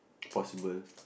possible